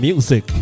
Music